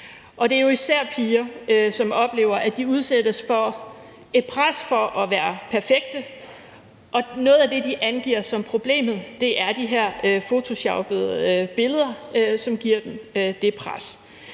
Det er jo især piger, som oplever, at de udsættes for et pres for at være perfekte, og noget af det, de angiver som problemet, er de her fotoshoppede billeder, som giver dem det pres.